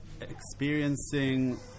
experiencing